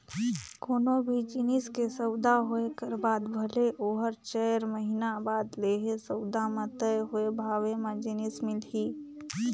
कोनो भी जिनिस के सउदा होए कर बाद भले ओहर चाएर महिना बाद लेहे, सउदा म तय होए भावे म जिनिस मिलही